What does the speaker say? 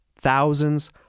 thousands